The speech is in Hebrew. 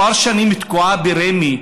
כמה שנים היא תקועה ברמ"י.